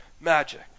magic